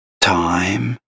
Time